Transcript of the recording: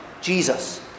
Jesus